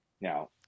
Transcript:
Now